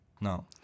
No